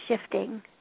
shifting